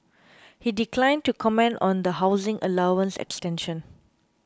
he declined to comment on the housing allowance extension